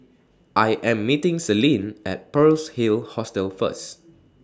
I Am meeting Celine At Pearl's Hill Hostel First